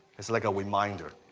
it's like a reminder.